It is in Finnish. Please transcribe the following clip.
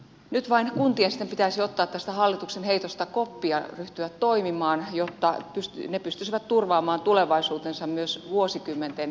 nyt vain kuntien sitten pitäisi ottaa tästä hallituksen heitosta koppia ryhtyä toimimaan jotta ne pystyisivät turvaamaan tulevaisuutensa myös vuosikymmenten jälkeen